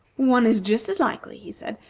one is just as likely, he said,